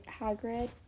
Hagrid